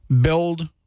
build